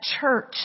church